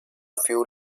few